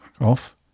off